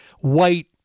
White